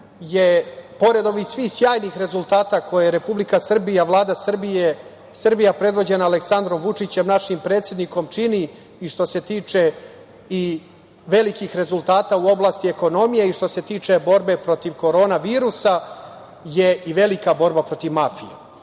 je, pored ovih svih sjajnih rezultata koje je Republike Srbija, vlada Srbije, Srbija predvođena Aleksandrom Vučićem, našim predsednikom, čini i što se tiče i velikih rezultata u oblasti ekonomije i što se tiče borbe protiv korona virusa je i velika borba protiv mafije. Što